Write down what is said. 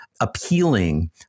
appealing